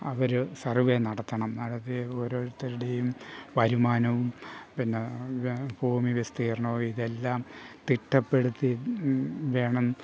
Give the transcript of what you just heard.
അവർ survey നടത്തണം നടത്തി ഓരോരുത്തരുടെയും വരുമാനവും പിന്നെ ഭൂമി വിസ്തീർണ്ണവും ഇതെല്ലാം തിട്ടപ്പെടുത്തി വേണം